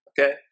Okay